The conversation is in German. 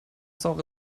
saure